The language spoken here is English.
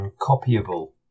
Uncopyable